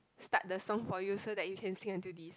start the song for you so that you can sing until this